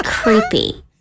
Creepy